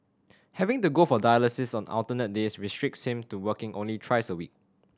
having to go for dialysis on alternate days restricts him to working only thrice a week